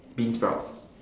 beansprouts